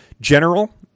general